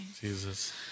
Jesus